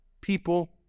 people